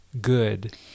good